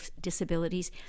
disabilities